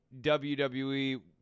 WWE